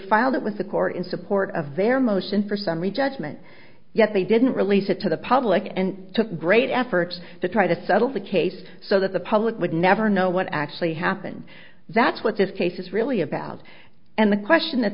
the court in support of their motion for summary judgment yet they didn't release it to the public and took great efforts to try to settle the case so that the public would never know what actually happened that's what this case is really about and the question that